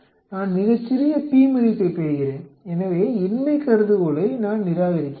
நான் மிகச் சிறிய p மதிப்பைப் பெறுகிறேன் எனவே இன்மை கருதுகோளை நான் நிராகரிக்கிறேன்